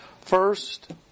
First